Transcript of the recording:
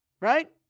right